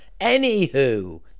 Anywho